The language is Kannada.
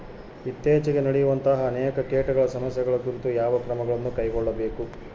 ಇತ್ತೇಚಿಗೆ ನಡೆಯುವಂತಹ ಅನೇಕ ಕೇಟಗಳ ಸಮಸ್ಯೆಗಳ ಕುರಿತು ಯಾವ ಕ್ರಮಗಳನ್ನು ಕೈಗೊಳ್ಳಬೇಕು?